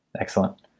Excellent